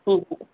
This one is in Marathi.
ठीक आहे